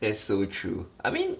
that's so true I mean